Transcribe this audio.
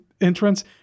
entrance